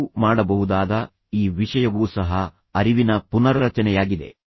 ನೀವು ಮಾಡಬಹುದಾದ ಈ ವಿಷಯವೂ ಸಹ ಅರಿವಿನ ಪುನರ್ರಚನೆಯಾಗಿದೆ